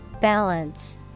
Balance